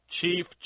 chief